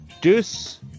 Deuce